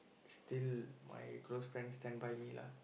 still my close friend stand by me lah